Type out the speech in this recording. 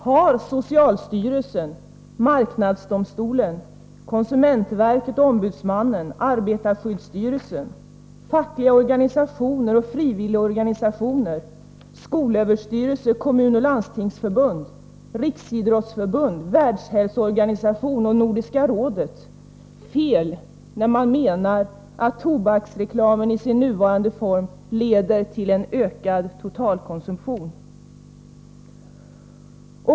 Har socialstyrelsen, marknadsdomstolen, konsumentverket, konsumentombudsmannen, arbetarskyddsstyrelsen, de fackliga organisationerna, frivilligorganisationerna, skolöverstyrelsen, Kommunoch Landstingsförbunden, riksidrottsförbundet, Världshälsoorganisationen och Nordiska rådet fel när man menar att tobaksreklamen i sin nuvarande form leder till en ökad totalkonsumtion?